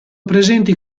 presenti